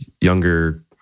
younger